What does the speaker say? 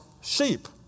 sheep